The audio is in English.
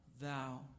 thou